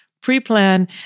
Pre-plan